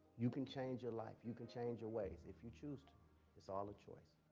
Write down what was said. you can change your life. you can change your ways. if you choose to it's all a choice.